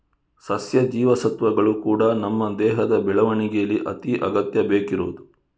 ಸಸ್ಯ ಜೀವಸತ್ವಗಳು ಕೂಡಾ ನಮ್ಮ ದೇಹದ ಬೆಳವಣಿಗೇಲಿ ಅತಿ ಅಗತ್ಯ ಬೇಕಿರುದು